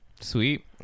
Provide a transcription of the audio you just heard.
Sweet